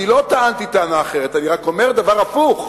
אני לא טענתי טענה אחרת, אני רק אומר דבר הפוך,